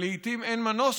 שלוש דקות, אדוני,